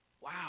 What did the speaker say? Wow